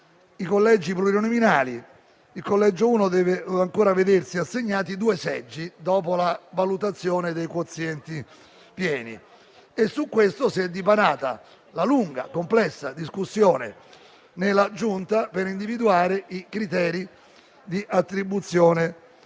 i collegi plurinominali, il collegio 1 deve ancora vedersi assegnati due seggi dopo la valutazione dei quozienti pieni, e su questo si è dipanata la lunga e complessa discussione nella Giunta per individuare i criteri di attribuzione